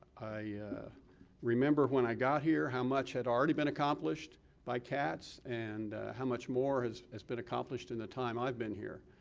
i remember when i got here, how much had already been accomplished by cats and how much more has has been accomplished in the time i've been here.